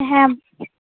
হ্যাঁ